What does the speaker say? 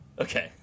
Okay